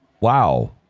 Wow